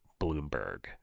Bloomberg